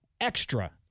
extra